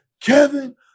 Kevin